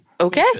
Okay